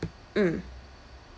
mm